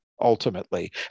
Ultimately